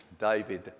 David